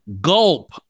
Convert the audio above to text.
gulp